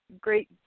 great